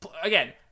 again